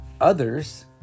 others